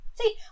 See